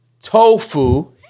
Tofu